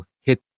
hit